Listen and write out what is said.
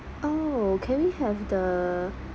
oh can we have the